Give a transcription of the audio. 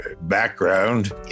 background